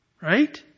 Right